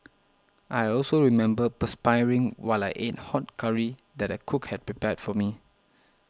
I also remember perspiring while I ate hot curry that a cook had prepared for me